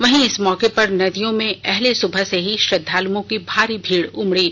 वही इस मौके पर नदियों में अहले सुबह से ही श्रद्वालुओं की भारी भीड़ उमड़ी